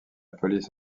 police